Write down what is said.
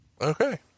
Okay